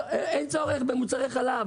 אין צורך במוצרי חלב.